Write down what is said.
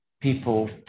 people